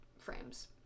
frames